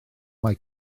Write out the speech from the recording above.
mae